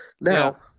Now